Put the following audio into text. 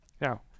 Now